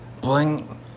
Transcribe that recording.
Bling